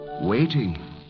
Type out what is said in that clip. waiting